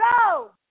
go